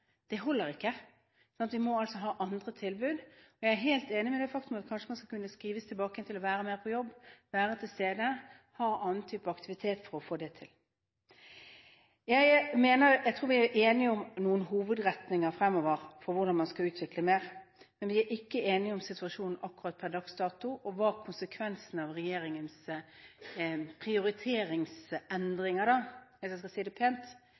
Det holder ikke. Vi må ha andre tilbud. Jeg er helt enig i at man kanskje kan skrives tilbake til å være mer på jobb, være til stede, ha en annen type aktivitet for å få det til. Jeg tror vi er enige om noen hovedretninger fremover for hvordan man skal utvikle dette mer, men vi er ikke enige om situasjonen per dags dato, og hva konsekvensene av regjeringens prioriteringsendringer – hvis jeg skal si det pent